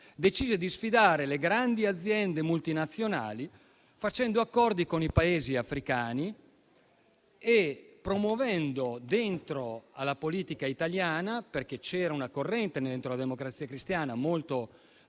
decise di sfidare le grandi aziende multinazionali facendo accordi con i Paesi africani e promuovendo, dentro la politica italiana (perché c'era una corrente nella Democrazia Cristiana molto